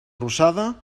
rosada